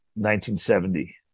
1970